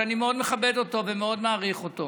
שאני מאוד מכבד אותו ומאוד מעריך אותו,